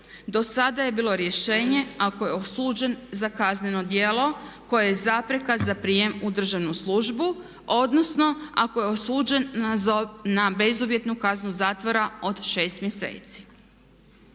Do sada je bilo rješenje ako je osuđen za kazneno djelo koje je zapreka za prijem u državnu službu odnosno ako je osuđen na bezuvjetnu kaznu zatvora od 6 mjeseci.